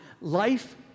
life